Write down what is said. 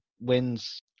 wins